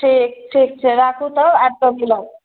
ठीक ठीक छै राखू तऽ आबि सब चीज लअ जायब